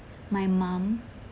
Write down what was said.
my mom